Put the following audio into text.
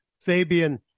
Fabian